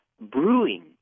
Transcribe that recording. brewing